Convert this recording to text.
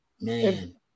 Man